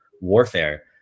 warfare